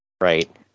Right